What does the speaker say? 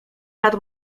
nad